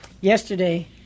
yesterday